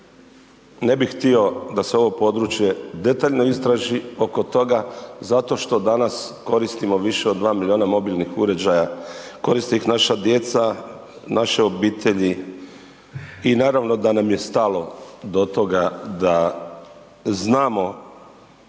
ne bi htio da se ovo područje detaljno istraži oko toga zato što danas koristimo više od 2 milijuna mobilnih uređaja, koriste ih naša djeca, naše obitelji i naravno da nam je stalo do toga da znamo